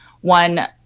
one